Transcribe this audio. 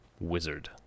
wizard